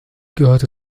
gehörte